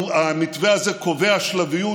המתווה הזה קובע שלביות,